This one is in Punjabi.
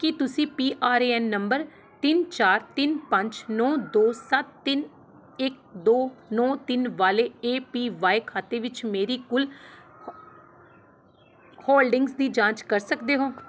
ਕੀ ਤੁਸੀਂ P R A N number ਤਿੰਨ ਚਾਰ ਤਿੰਨ ਪੰਜ ਨੌਂ ਦੋ ਸੱਤ ਤਿੰਨ ਇੱਕ ਦੋ ਨੌਂ ਤਿੰਨ ਵਾਲੇ ਏ ਪੀ ਵਾਈ ਖਾਤੇ ਵਿੱਚ ਮੇਰੀ ਕੁੱਲ ਹੋਲਡਿੰਗਜ਼ ਦੀ ਜਾਂਚ ਕਰ ਸਕਦੇ ਹੋ